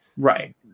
Right